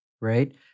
Right